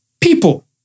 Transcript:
people